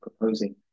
proposing